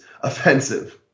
offensive